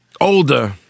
older